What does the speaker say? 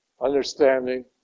understanding